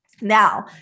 Now